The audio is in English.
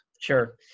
Sure